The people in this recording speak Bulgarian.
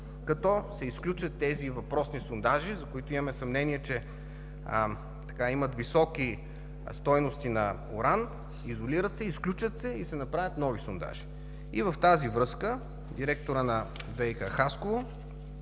като се изключат въпросните сондажи, за които имаме съмнение, че имат високи стойности на уран, изолират се, изключат се и се направят нови сондажи“. В тази връзка директорът на ВиК – Хасково,